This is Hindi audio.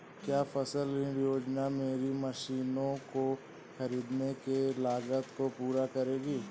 क्या फसल ऋण योजना मेरी मशीनों को ख़रीदने की लागत को पूरा करेगी?